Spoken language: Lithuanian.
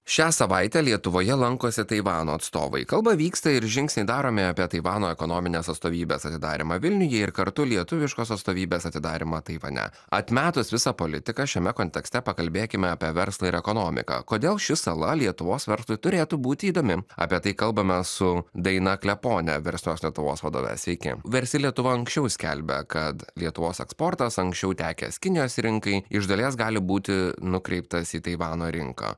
šią savaitę lietuvoje lankosi taivano atstovai kalba vyksta ir žingsniai daromi apie taivano ekonominės atstovybės atidarymą vilniuje ir kartu lietuviškos atstovybės atidarymą taivane atmetus visą politiką šiame kontekste pakalbėkime apie verslą ir ekonomiką kodėl ši sala lietuvos verslui turėtų būti įdomi apie tai kalbame su daina klepone verslios lietuvos vadove sveiki versli lietuva anksčiau skelbė kad lietuvos eksportas anksčiau tekęs kinijos rinkai iš dalies gali būti nukreiptas į taivano rinką